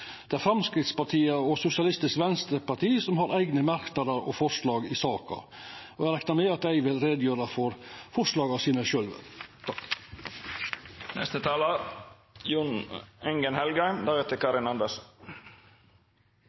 og Sosialistisk Venstreparti har eigne merknader og forslag i saka, og eg reknar med at dei vil gjera greie for forslaga sine sjølve.